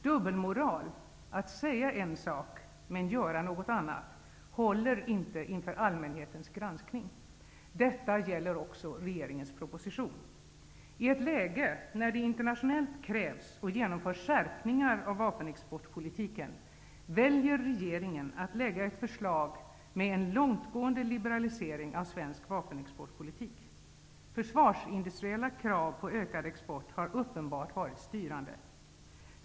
Dubbelmoral -- att säga en sak, men göra något annat -- håller inte inför allmänhetens granskning. Detta gäller också regeringens proposition. I ett läge när det internationellt krävs och genomförs skärpningar av vapenexportpolitiken väljer regeringen att lägga fram ett förslag om en långtgående liberalisering av svensk vapenexportpolitik. Försvarsindustriella krav på ökad export har uppenbart varit styrande.